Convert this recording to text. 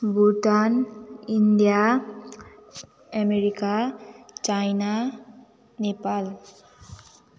Bhutan India America China Nepal